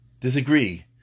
disagree